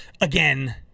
again